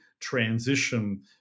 transition